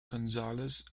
gonzales